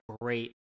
great